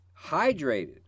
hydrated